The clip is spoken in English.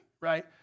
right